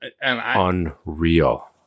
Unreal